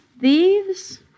thieves